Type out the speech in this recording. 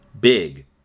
Big